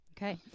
Okay